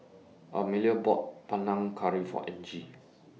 Amelia bought Panang Curry For Angie